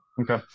Okay